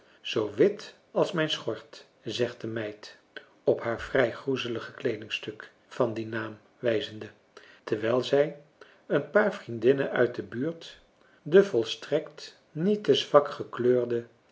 zoo wit als mijn schort zegt de meid op haar vrij groezelige kleedingstuk van dien naam wijzende terwijl zij een paar vriendinnen uit de buurt de volstrekt niet te zwak gekleurde